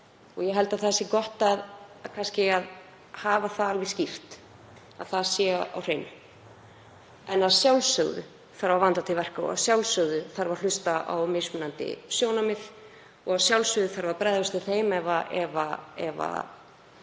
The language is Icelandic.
Ég held að það sé gott að hafa það alveg skýrt að það sé á hreinu. En að sjálfsögðu þarf að vanda til verka og að sjálfsögðu þarf að hlusta á mismunandi sjónarmið og að sjálfsögðu þarf að bregðast við þeim ef